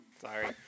Sorry